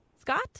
Scott